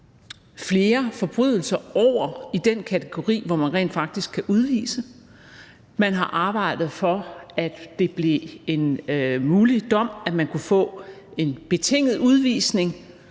flere forbrydelser over i den kategori, hvor man rent faktisk kan udvise; man har arbejdet for, at det blev en mulig dom at få en betinget udvisning,